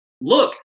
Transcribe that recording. look